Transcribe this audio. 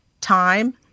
time